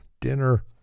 dinner